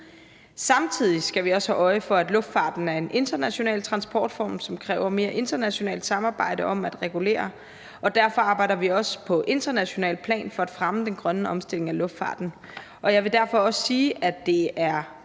Samtidig skal vi også have øje for, at luftfarten er en international transportform, som kræver mere internationalt samarbejde om at regulere, og derfor arbejder vi også på internationalt plan for at fremme den grønne omstilling af luftfarten. Jeg vil derfor også sige, at der er